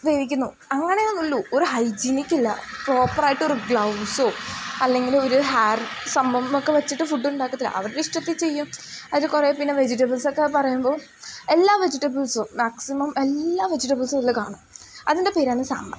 വേവിക്കുന്നു അങ്ങനെ ഉള്ളു ഒരു ഹൈജീനിക്കില്ല പ്രോപ്പറായിട്ട് ഒരു ഗ്ലൗസോ അല്ലെങ്കിൽ ഒരു ഹെയർ സംഭവം എന്നൊക്കെ വെച്ചിട്ട് ഫുഡ് ഉണ്ടാക്കത്തില്ല അവരുടെ ഇഷ്ടത്തിൽ ചെയ്യും അതിൽ കുറേ പിന്നെ വെജിറ്റബിൾസൊക്കെ പറയുമ്പോൾ എല്ലാ വെജിറ്റബിൾസും മാക്സിമം എല്ലാ വെജിറ്റബിൾസും ഇതിൽ കാണും അതിൻ്റെ പേരാണ് സാമ്പാർ